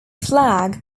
flag